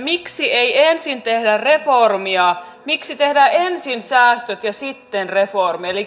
miksi ei ensin tehdä reformia miksi tehdään ensin säästöt ja sitten reformi eli